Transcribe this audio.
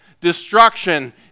destruction